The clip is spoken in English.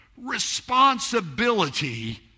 responsibility